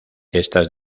estas